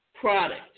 product